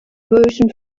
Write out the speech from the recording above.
version